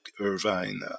Irvine